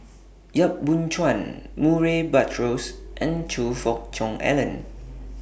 Yap Boon Chuan Murray Buttrose and Choe Fook Cheong Alan